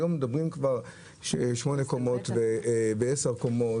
היום מדברים כבר על 8 קומות ו-10 קומות